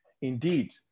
Indeed